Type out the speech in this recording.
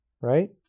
right